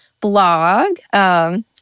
blog